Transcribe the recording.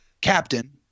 captain